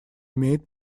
имеет